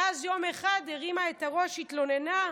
ואז יום אחד הרימה את הראש, התלוננה,